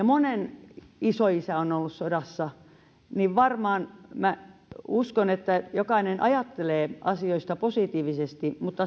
monen isoisä on ollut sodassa niin että minä uskon että varmaan jokainen ajattelee asioista positiivisesti mutta